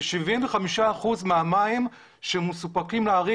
זה 75% מהמים שמסופקים לערים.